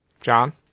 John